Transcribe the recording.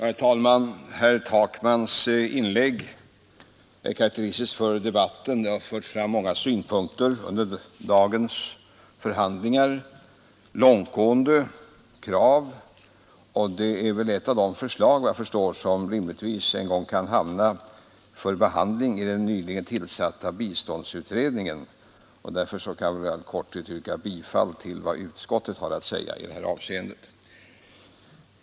Herr talman! Herr Takmans inlägg är karekteristiskt för debatten. Det har förts fram många synpunkter under dagens överläggningar och långtgående krav, och hans förslag är enligt vad jag förstår ett av de krav som rimligtvis en gång bör hamna för behandling hos den nyligen tillsatta biståndsutredningen. Därför kan jag i all korthet yrka bifall till vad utskottet har att säga i det här avseendet.